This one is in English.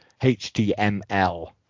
HTML